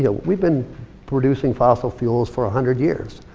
yeah we've been producing fossil fuels for a hundred years.